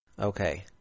Okay